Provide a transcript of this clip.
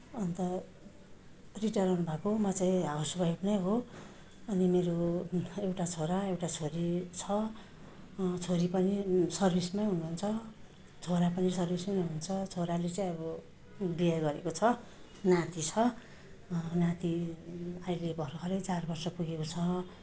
अन्त रिटायर हुनुभएको म चाहिँ हाउसवाइफ नै हो अनि मेरो एउटा छोरा एउटा छोरी छ छोरी पनि सर्बिसमै हुुनुहुन्छ छोरा पनि सर्बिसमै हुनुहुन्छ छोराले चाहिँ अब बिहे गरेको छ नाति छ नाति अहिले भर्खरै चार वर्ष पुगेको छ